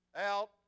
out